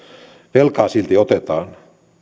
velkaa silti otetaan